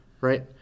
right